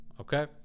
okay